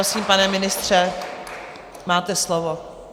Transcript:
Prosím, pane ministře, máte slovo.